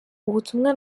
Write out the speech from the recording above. ubutumwa